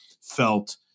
felt